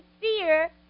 fear